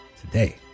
today